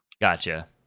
gotcha